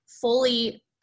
fully